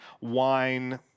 wine